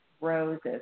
roses